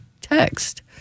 text